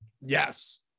Yes